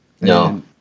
No